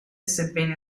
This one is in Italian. sebbene